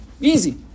easy